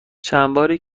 چندباری